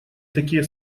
такие